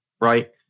right